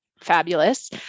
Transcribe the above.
fabulous